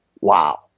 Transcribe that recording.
wow